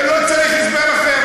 לא צריך הסבר אחר.